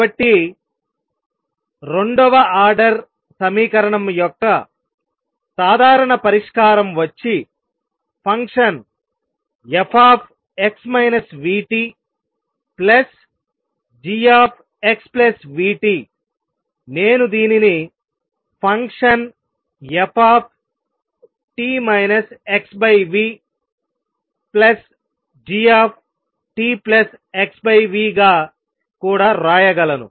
కాబట్టి రెండవ ఆర్డర్ సమీకరణం యొక్క సాధారణ పరిష్కారం వచ్చి ఫంక్షన్ fx vtgxvtనేను దీనిని ఫంక్షన్ ft xvgtxv గా కూడా వ్రాయగలను